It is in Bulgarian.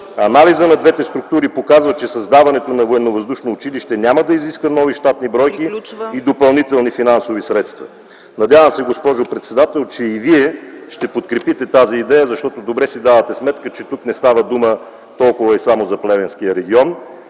Анализът на двете структури показва, че създаването на военновъздушно училище няма да изисква нови щатни бройки и допълнителни финансови средства. Надявам се, госпожо председател, че и Вие ще подкрепите тази идея, защото добре си давате сметка, че тук не става дума толкова и само за Плевенския регион,